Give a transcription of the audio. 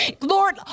Lord